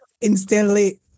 instantly